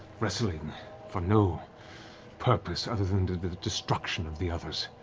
wrestling for no purpose other than the destruction of the others.